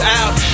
out